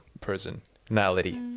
personality